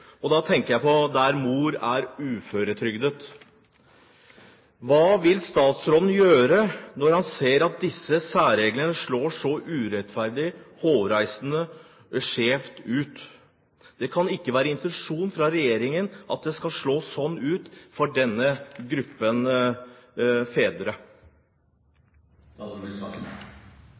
og da tenker jeg på der mor er uføretrygdet. Hva vil statsråden gjøre når han ser at disse særreglene slår så urettferdig og hårreisende skjevt ut? Det kan ikke være intensjonen fra regjeringen at det skal slå sånn ut for denne gruppen fedre.